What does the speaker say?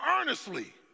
earnestly